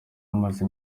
amaze